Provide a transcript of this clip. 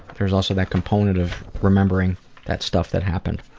there's also that component of remembering that stuff that happened.